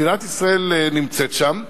מדינת ישראל נמצאת שם,